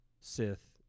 Sith